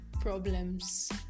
problems